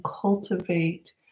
cultivate